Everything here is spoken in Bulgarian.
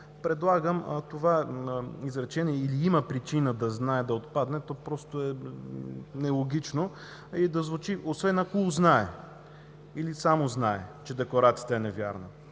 Предлагам „или има причина да знае“ да отпадне, просто е нелогично. Да звучи „освен ако узнае“ или „само знае“, че декларацията е невярна.